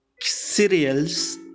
cereals